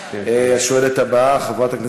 תודה רבה, אדוני.